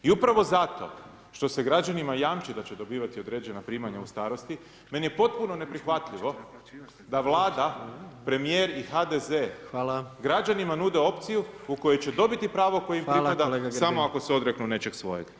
I upravo zato što se građanima jamči da će dobivati određena primanja u starosti, meni je potpuno neprihvatljivo da Vlada, premijer i HDZ građanima nude opciju u kojoj će dobiti pravo koje im pripada samo ako se odreknu nečeg svojeg.